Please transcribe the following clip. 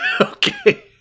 okay